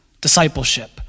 discipleship